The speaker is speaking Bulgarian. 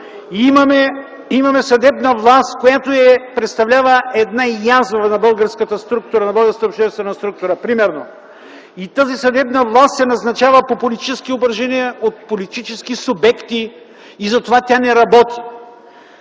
Имаме съдебна власт, която представлява една язва на българската обществена структура, примерно и тази съдебна власт се назначава по политически съображения, от политически субекти и затова тя не работи.